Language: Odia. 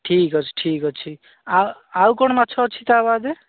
ଠିକ୍ଅଛି ଠିକ୍ଅଛି ଆ ଆଉ କ'ଣ ମାଛ ଅଛି ତା ବାଦେ